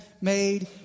made